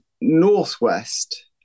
northwest